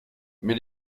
mais